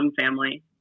family